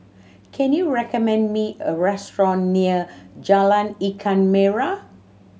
can you recommend me a restaurant near Jalan Ikan Merah